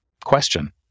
question